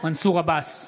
מנסור עבאס,